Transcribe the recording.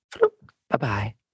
bye-bye